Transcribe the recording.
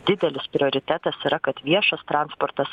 didelis prioritetas yra kad viešas transportas